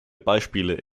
beispiele